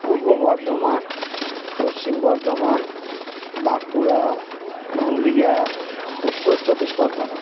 Purba Bardhaman Paschim Bardhaman Bankura Purulia Uttar Chabbish Pargana